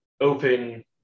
open